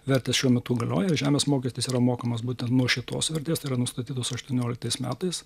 vertės šiuo metu galioja ir žemės mokestis yra mokamas būtent nuo šitos vertės nustatytos aštuonioliktais metais